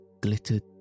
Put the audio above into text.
glittered